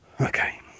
Okay